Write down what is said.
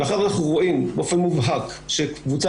לכן אנחנו רואים באופן מובהק שקבוצה